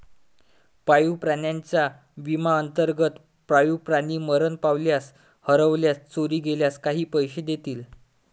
पाळीव प्राण्यांच्या विम्याअंतर्गत, पाळीव प्राणी मरण पावल्यास, हरवल्यास, चोरी गेल्यास काही पैसे देतील